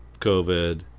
COVID